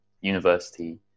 university